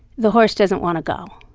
the horse doesn't want to go.